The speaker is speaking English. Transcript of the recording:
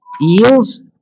yields